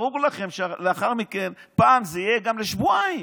ברור לכם שלאחר מכן, פעם, זה יהיה גם לשבועיים.